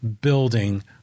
building